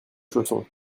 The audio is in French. chaussons